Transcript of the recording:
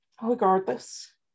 Regardless